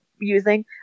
using